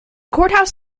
courthouse